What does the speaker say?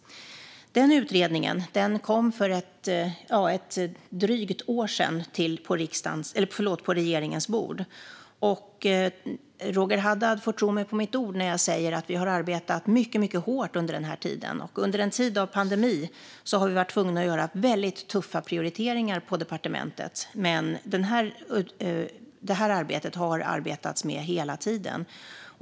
Utredningen lades på regeringens bord för drygt ett år sedan. Roger Haddad får tro på mitt ord när jag säger att vi har arbetat mycket hårt under den här tiden. Under en tid av pandemi har vi varit tvungna att göra väldigt tuffa prioriteringar på departementet, men just detta arbete har pågått hela tiden.